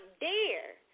dare